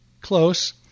Close